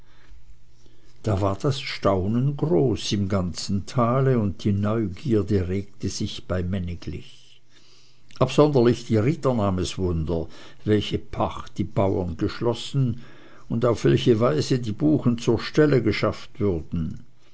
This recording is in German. da war das staunen groß im ganzen tale und die neugierde regte sich bei männiglich absonderlich die ritter nahm es wunder welche pacht die bauren geschlossen und auf welche weise die buchen zur stelle geschafft würden